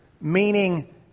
Meaning